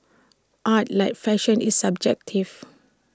art like fashion is subjective